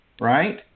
right